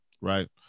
right